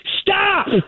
Stop